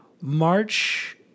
March